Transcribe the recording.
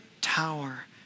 tower